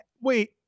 Wait